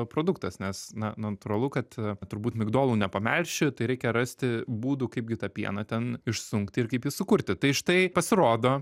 produktas nes na natūralu kad turbūt migdolų nepamelši tai reikia rasti būdų kaip gi tą pieną ten išsunkti ir kaip jį sukurti tai štai pasirodo